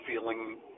feeling